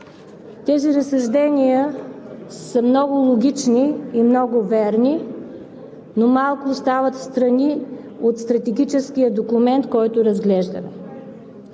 Тези разсъждения са много логични и много верни, но малко остават встрани от стратегическия документ, който разглеждаме.